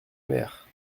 mer